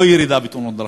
לא ירידה בתאונות דרכים.